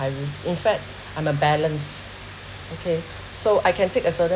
I'm in fact I'm uh balanced okay so I can take a certain